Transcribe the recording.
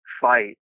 fight